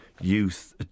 youth